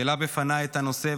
שהעלה בפניי את הנושא,